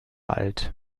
alt